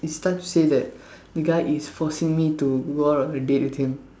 he starts to say that the guy is forcing me to go out a date with him